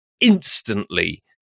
instantly